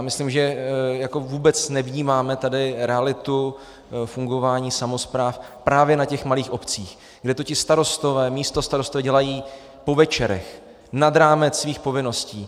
Myslím, že jako vůbec nevnímáme tady realitu fungování samospráv právě na těch malých obcích, kde to ti starostové, místostarostové dělají po večerech, nad rámec svých povinností.